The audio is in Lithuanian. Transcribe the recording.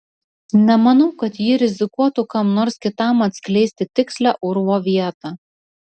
nemanau kad ji rizikuotų kam nors kitam atskleisti tikslią urvo vietą